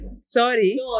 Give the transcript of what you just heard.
sorry